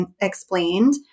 explained